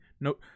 No